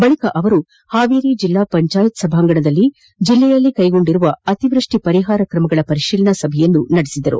ಬಳಿಕ ಮುಖ್ಯಮಂತ್ರಿ ಹಾವೇರಿ ಜಿಲ್ಲಾ ಪಂಚಾಯತ್ ಸಭಾಂಗಣದಲ್ಲಿ ಜಿಲ್ಲೆಯಲ್ಲಿ ಕೈಗೊಂಡ ಅತಿವೃಷ್ಠಿ ಪರಿಹಾರ ಕ್ರಮಗಳ ಪರಿಶೀಲನಾ ಸಭೆ ನಡೆಸಿದರು